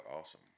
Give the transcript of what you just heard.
awesome